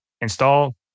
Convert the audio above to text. install